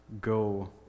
Go